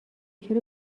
چرا